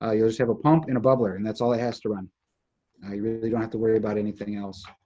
ah you'll just have a pump and a bubbler, and that's all it has to run. now you really don't have to worry about anything else.